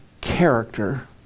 character